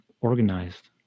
organized